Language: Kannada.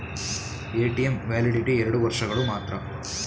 ಎ.ಟಿ.ಎಂ ವ್ಯಾಲಿಡಿಟಿ ಎರಡು ವರ್ಷಗಳು ಮಾತ್ರ